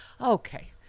Okay